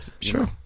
Sure